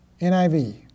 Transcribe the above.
NIV